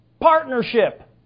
Partnership